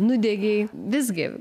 nudegei visgi